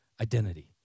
Identity